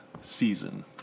season